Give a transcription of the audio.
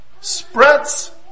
spreads